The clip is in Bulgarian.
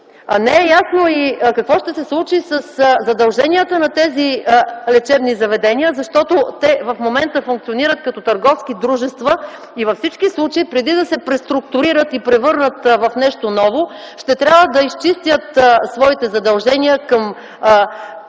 Не е ясно какво ще се случи със задълженията на тези лечебни заведения, защото те в момента функционират като търговски дружества и във всички случаи, преди да се преструктурират и превърнат в нещо ново, ще трябва: да изчистят своите задължения към